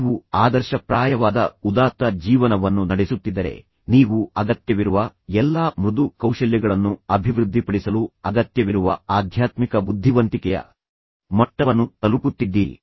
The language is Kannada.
ನೀವು ಆದರ್ಶಪ್ರಾಯವಾದ ಉದಾತ್ತ ಜೀವನವನ್ನು ನಡೆಸುತ್ತಿದ್ದರೆ ನೀವು ಅಗತ್ಯವಿರುವ ಎಲ್ಲಾ ಮೃದು ಕೌಶಲ್ಯಗಳನ್ನು ಅಭಿವೃದ್ಧಿಪಡಿಸಲು ಅಗತ್ಯವಿರುವ ಆಧ್ಯಾತ್ಮಿಕ ಬುದ್ಧಿವಂತಿಕೆಯ ಮಟ್ಟವನ್ನು ತಲುಪುತ್ತಿದ್ದೀರಿ